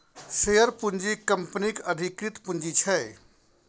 share पूँजी कंपनीक अधिकृत पुंजी छै